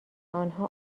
آنها